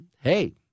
hey